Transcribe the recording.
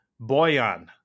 Boyan